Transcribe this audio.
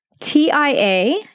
TIA